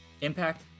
Impact